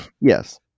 Yes